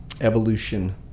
evolution